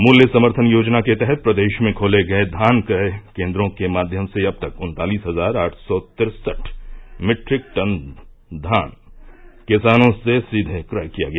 मूल्य समर्थन योजना के तहत प्रदेश में खोले गए धान क्रय केन्द्रों के माध्यम से अब तक उन्तालिस हजार आठ सौ तिरसठ मीट्रिक टन धान किसानों से सीधे क्रय किया गया